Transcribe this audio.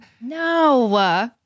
No